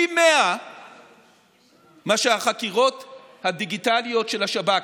פי מאה מאשר בחקירות הדיגיטליות של השב"כ,